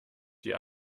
die